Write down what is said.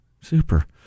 Super